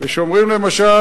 כשאומרים למשל: